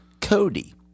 Cody